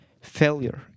failure